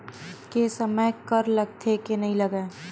के समय कर लगथे के नइ लगय?